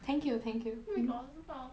thank you thank you oh my god 我知道